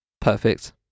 perfect